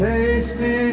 Tasty